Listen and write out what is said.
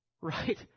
Right